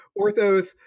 orthos